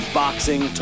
boxing